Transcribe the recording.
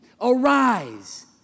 Arise